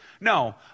No